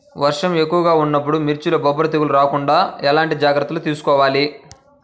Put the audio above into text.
వర్షం ఎక్కువగా ఉన్నప్పుడు మిర్చిలో బొబ్బర తెగులు రాకుండా ఎలాంటి జాగ్రత్తలు తీసుకోవాలి?